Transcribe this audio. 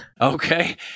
Okay